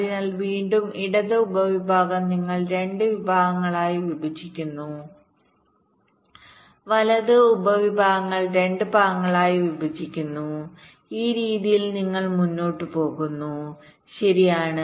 അതിനാൽ വീണ്ടും ഇടത് ഉപവിഭാഗം നിങ്ങൾ 2 ഭാഗങ്ങളായി വിഭജിക്കുന്നു വലത് ഉപവിഭാഗങ്ങൾ 2 ഭാഗങ്ങളായി വിഭജിക്കുന്നു ഈ രീതിയിൽ നിങ്ങൾ മുന്നോട്ട് പോകുന്നു ശരിയാണ്